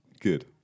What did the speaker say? Good